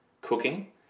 cooking